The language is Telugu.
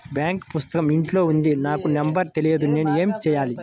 బాంక్ పుస్తకం ఇంట్లో ఉంది నాకు నంబర్ తెలియదు నేను ఏమి చెయ్యాలి?